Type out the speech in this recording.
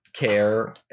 care